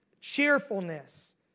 cheerfulness